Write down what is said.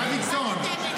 דוידסון,